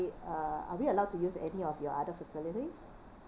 uh are we allowed to use any of your other facilities